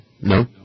No